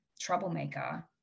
troublemaker